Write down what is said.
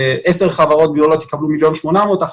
עשר חברות גדולות יקבלו מיליון ו-800,000,